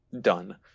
done